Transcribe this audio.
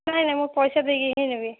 ନାଇଁ ନାଇଁ ମୁଁ ପଇସା ଦେଇକି ହିଁ ନେବି